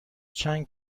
چند